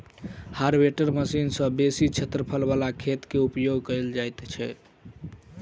harvester machine सॅ बेसी क्षेत्रफल बला खेत मे उपयोग कयल जाइत छै